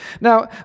Now